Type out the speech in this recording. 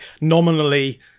nominally